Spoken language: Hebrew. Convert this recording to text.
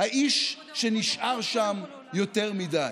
האיש שנשאר שם יותר מדי.